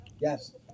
yes